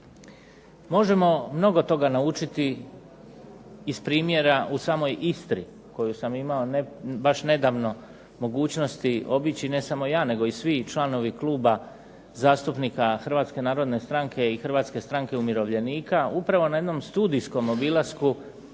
Možemo mnogo toga naučiti iz primjera u samoj Istri koju sam imao baš nedavno mogućnosti obići, ne samo ja, nego i svi i članovi Kluba zastupnika Hrvatske narodne stranke i Hrvatske stranke umirovljenika, upravo na jednom studijskom obilasku